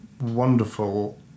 wonderful